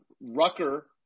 Rucker